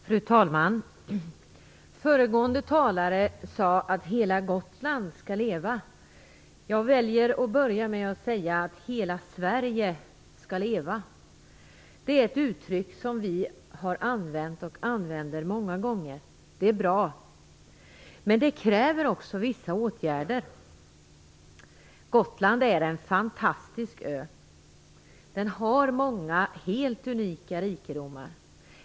Fru talman! Föregående talare sade att hela Gotland skall leva. Jag väljer att inleda med att säga att Hela Sverige skall leva. Det är ett uttryck som vi har använt och använder många gånger. Det är bra. Men det kräver också vissa åtgärder. Gotland är en fantastisk ö som har många helt unika rikedomar.